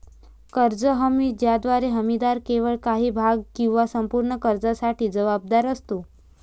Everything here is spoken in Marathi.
कर्ज हमी ज्याद्वारे हमीदार केवळ काही भाग किंवा संपूर्ण कर्जासाठी जबाबदार असतो